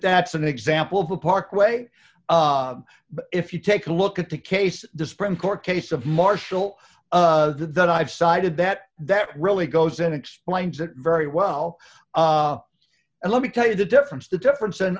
that's an example of the parkway but if you take a look at the case the sprint court case of marshall that i've cited that that really goes in explains it very well and let me tell you the difference the difference